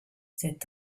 cet